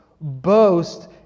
boast